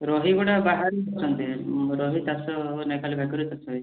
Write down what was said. ରୋହି ଗୁଡ଼ା ବାହାରେ ଅଛନ୍ତି ରୋହି ଚାଷ ନାହିଁ ଖାଲି ଭାକୁର ଚାଷ ହେଇଛି